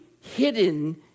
hidden